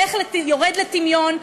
יורד לטמיון,